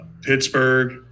Pittsburgh